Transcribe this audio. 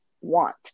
want